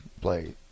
play